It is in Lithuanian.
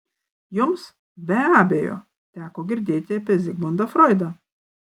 jums be abejo teko girdėti apie zigmundą froidą